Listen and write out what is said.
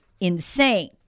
insane